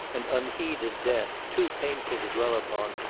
and unheeded death, too painful to dwell upon,